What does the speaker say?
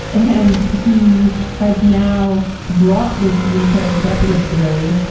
and he has now brought this unitary executive theory.